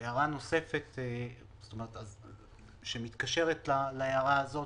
הערה נוספת שמתקשרת להערה הזאת,